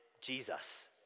Jesus